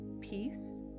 peace